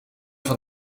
van